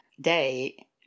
day